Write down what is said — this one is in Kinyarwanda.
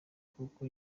kuko